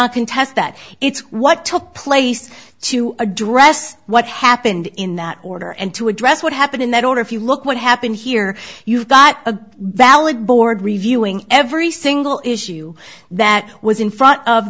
contest that it's what took place to address what happened in that order and to address what happened in that order if you look what happened here you've got a valid board reviewing every single issue that was in front of